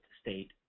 state